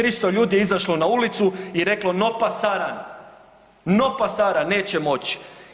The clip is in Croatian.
300 ljudi je izašlo na ulicu i reklo no pasaran, no pasaran neće moći.